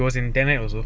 he was in tenant also